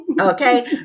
Okay